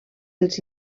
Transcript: els